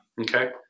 Okay